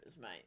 mate